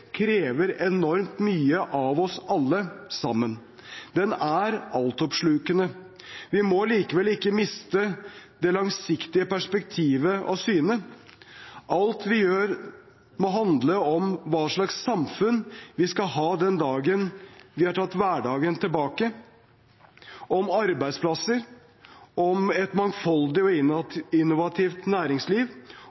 krever enormt mye av oss alle sammen. Den er altoppslukende. Vi må likevel ikke miste det langsiktige perspektivet av syne. Alt vi gjør, må handle om hva slags samfunn vi skal ha den dagen vi har tatt hverdagen tilbake: om arbeidsplasser, om et mangfoldig og